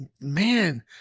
man